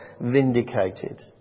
vindicated